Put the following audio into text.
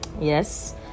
yes